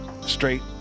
Straight